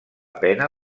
pena